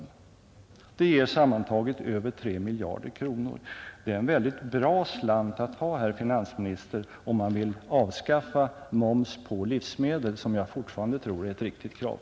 De förändringarna skulle som sagt tillsammans givit över 3 miljarder kronor. Det är en bra slant att ha, herr finansminister, om man vill avskaffa momsen på livsmedel — som jag fortfarande tror är ett riktigt krav.